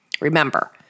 Remember